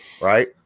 right